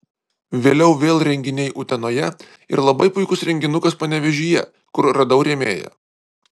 vėliau vėl renginiai utenoje ir labai puikus renginukas panevėžyje kur radau rėmėją